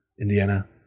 Indiana